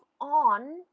on